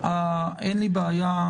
אין לי בעיה,